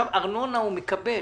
ארנונה הוא מקבל.